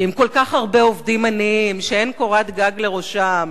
כי עם כל כך הרבה עובדים עניים שאין קורת גג לראשם,